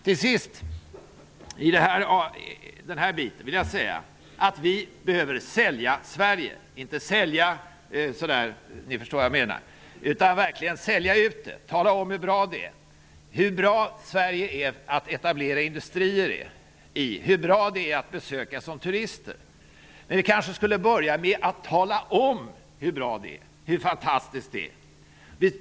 Till sist i det här anförandet vill jag säga att vi behöver sälja Sverige. Inte sälja av utan verkligen sälja Sverige, tala om hur bra Sverige är att etablera industrier i, hur bra det är att göra turistbesök i. Men vi kanske skulle börja med att tala om hur fantastiskt det är.